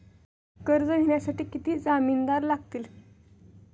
कर्ज घेण्यासाठी किती जामिनदार लागतील?